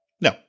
no